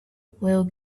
will